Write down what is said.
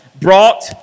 brought